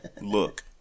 Look